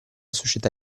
società